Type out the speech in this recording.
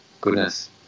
goodness